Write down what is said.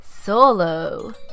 Solo